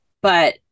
but-